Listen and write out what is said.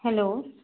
hello